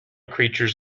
creatures